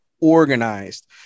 organized